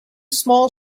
small